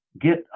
get